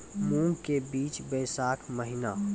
मूंग के बीज बैशाख महीना